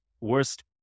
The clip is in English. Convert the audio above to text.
worst